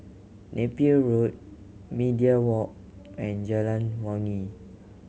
Napier Road Media Walk and Jalan Wangi